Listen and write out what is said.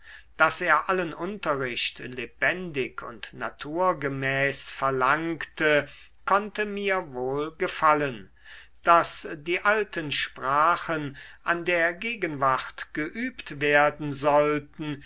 daß er allen unterricht lebendig und naturgemäß verlangte konnte mir wohl gefallen daß die alten sprachen an der gegenwart geübt werden sollten